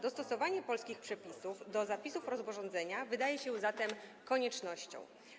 Dostosowanie polskich przepisów do zapisów rozporządzenia wydaje się zatem koniecznością.